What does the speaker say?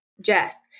Jess